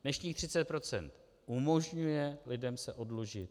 Dnešních 30 % umožňuje lidem se oddlužit.